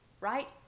right